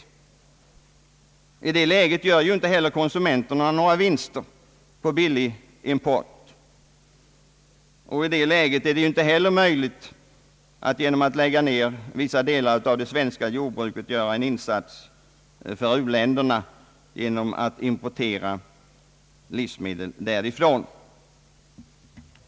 Konsumenterna gör då inte några vinster på billig import, och det är inte heller möjligt att genom att lägga ned vissa delar av det svenska jordbruket göra en insats för u-länderna genom att importera livsmedel därifrån.